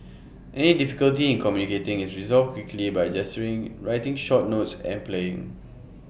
any difficulty in communicating is resolved quickly by gesturing writing short notes and playing